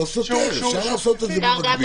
אפשר לעשות את זה במקביל.